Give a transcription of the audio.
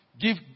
give